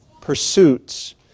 pursuits